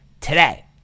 today